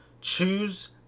choose